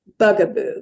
bugaboo